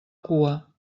cua